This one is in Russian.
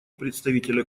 представителя